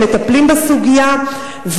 שמטפלים בסוגיה.